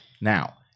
Now